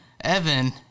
Evan